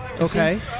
Okay